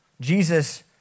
Jesus